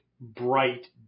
bright